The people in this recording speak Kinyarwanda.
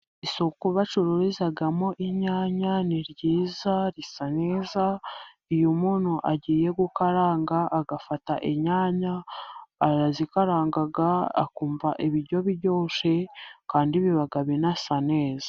Isoko bacururizamo inyanya ni ryiza, risa neza, iyo umuntu agiye gukaranga agafata inyanya, arazikaranga, akumva ibiryo biryoshye, kandi biba binasa neza.